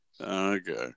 Okay